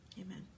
amen